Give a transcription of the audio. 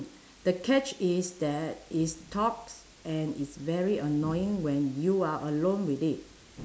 the catch is that it's talks and it's very annoying when you are alone with it